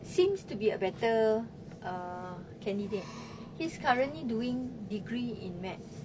seems to be a better uh candidate he's currently doing degree in maths